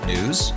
News